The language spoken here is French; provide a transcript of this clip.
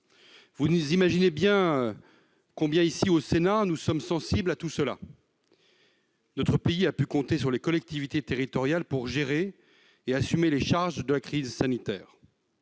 Vous imaginez combien ici, au Sénat, nous sommes sensibles à tout cela. Notre pays a pu compter sur les collectivités territoriales pour gérer et assumer les charges de la crise sanitaire.